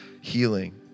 healing